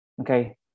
Okay